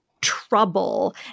trouble